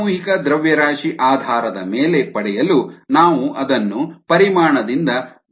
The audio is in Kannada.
ಸಾಮೂಹಿಕ ದ್ರವ್ಯರಾಶಿ ಆಧಾರದ ಮೇಲೆ ಪಡೆಯಲು ನಾವು ಅದನ್ನು ಪರಿಮಾಣದಿಂದ ಗುಣಿಸಬೇಕಾಗಿದೆ